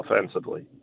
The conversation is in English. offensively